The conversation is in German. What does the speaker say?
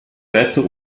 weiter